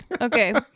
Okay